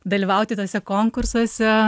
dalyvauti tuose konkursuose